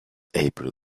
april